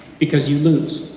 because you lose.